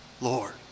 Lord